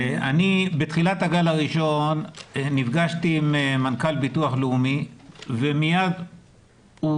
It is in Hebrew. בתחילת הגל הראשון נפגשתי עם מנכ"ל ביטוח לאומי ומיד הוא